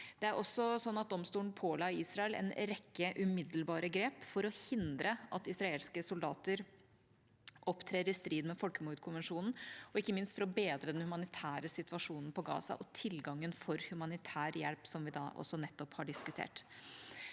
den. Domstolen påla også Israel en rekke umiddelbare grep for å hindre at israelske soldater opptrer i strid med folkemordkonvensjonen, ikke minst for å bedre den humanitære situasjonen i Gaza og tilgangen for humanitær hjelp, som vi nettopp har diskutert.